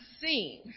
seen